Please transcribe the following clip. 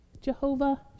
Jehovah